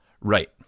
Right